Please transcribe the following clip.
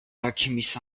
alchemist